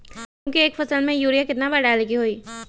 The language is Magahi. गेंहू के एक फसल में यूरिया केतना बार डाले के होई?